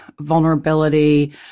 vulnerability